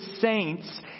saints